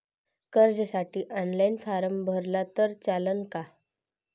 कर्जसाठी online form भरला तर चालन का?